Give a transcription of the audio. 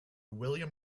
william